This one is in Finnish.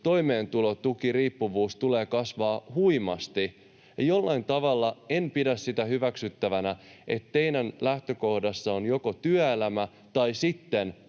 toimeentulotukiriippuvuus tulee kasvamaan huimasti. Jollain tavalla en pidä hyväksyttävänä sitä, että teidän lähtökohdassanne on joko työelämä tai sitten